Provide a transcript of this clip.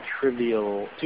trivial